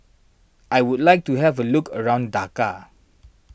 I would like to have a look around Dhaka